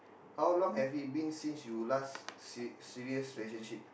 how long have it been since you last se~ serious relationship